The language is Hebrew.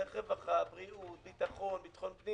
דרך רווחה, בריאות, ביטחון, ביטחון פנים